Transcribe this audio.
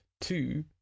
Two